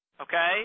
Okay